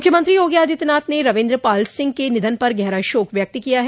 मुख्यमंत्री योगी आदित्यनाथ ने रविंदर पाल सिंह के निधन पर गहरा शोक व्यक्त किया है